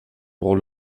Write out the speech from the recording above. pour